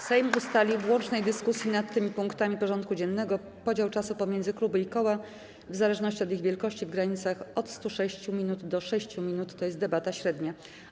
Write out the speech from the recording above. Sejm ustalił w łącznej dyskusji nad tymi punktami porządku dziennego podział czasu pomiędzy kluby i koła, w zależności od ich wielkości, w granicach od 106 minut do 6 minut, to jest debatę średnią.